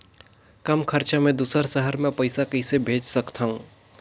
कम खरचा मे दुसर शहर मे पईसा कइसे भेज सकथव?